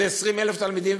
420,000 תלמידים,